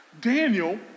Daniel